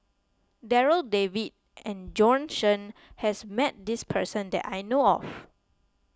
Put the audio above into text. Darryl David and Bjorn Shen has met this person that I know of